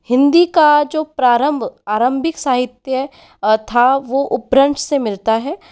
हिन्दी का जो प्रारंभ आरंभिक साहित्य था वह अपभ्रंश से मिलता है